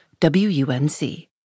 WUNC